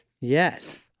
Yes